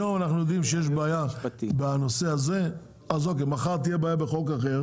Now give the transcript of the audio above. היום אנחנו יודעים שיש בעיה בנושא הזה ומחר תהיה בעיה בחוק אחר